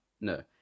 no